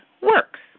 works